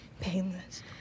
painless